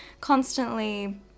constantly